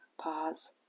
pause